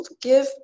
give